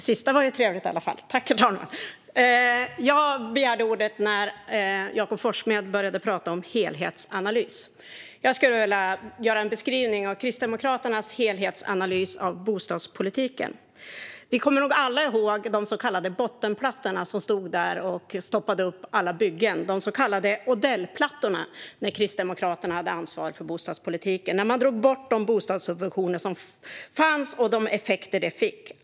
Herr talman! Jag begärde ordet när Jakob Forssmed började tala om helhetsanalys. Jag skulle vilja göra en beskrivning av Kristdemokraternas helhetsanalys av bostadspolitiken. Vi kommer nog alla ihåg bottenplattorna som stod och stoppade upp alla byggen - de så kallade Odellplattorna - när Kristdemokraterna hade ansvar för bostadspolitiken, då man drog bort de bostadssubventioner som fanns, och de effekter som det fick.